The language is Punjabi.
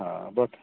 ਹਾਂ ਬਸ